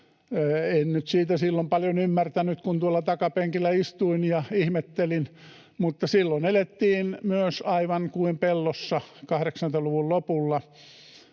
silloin paljon ymmärtänyt, kun tuolla takapenkillä istuin ja ihmettelin, mutta myös silloin elettiin aivan kuin pellossa, 80-luvun lopulla: